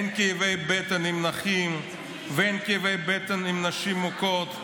אין כאבי בטן עם נכים ואין כאבי בטן עם נשים מוכות,